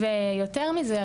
ויותר מזה,